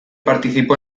participó